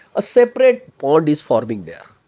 a separate pond is forming there.